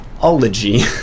ology